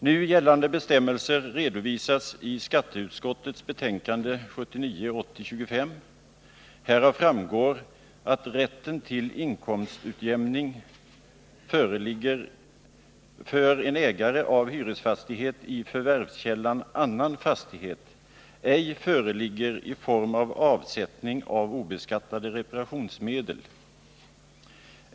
Nu gällande bestämmelser redovisas i skatteutskottets betänkande nr 1979/80:25. Härav framgår att rätten till inkomstutjämning för en ägare av hyresfastighet i förvärvskällan annan fastighet ej föreligger i form av avsättning av obeskattade reparationsmedel.